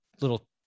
little